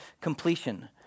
completion